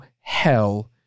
hell